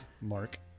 Mark